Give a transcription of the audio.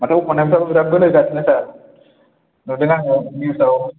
माथो अफनेन्थफ्राबो बिराद बोलो होगासिनोथार सार नुदों आङो निउसयाव